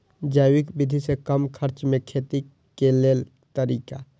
जैविक विधि से कम खर्चा में खेती के लेल तरीका?